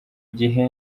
gihe